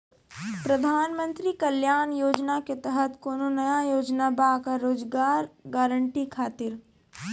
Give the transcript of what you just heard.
प्रधानमंत्री कल्याण योजना के तहत कोनो नया योजना बा का रोजगार गारंटी खातिर?